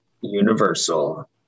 universal